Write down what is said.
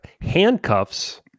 Handcuffs